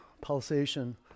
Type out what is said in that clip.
pulsation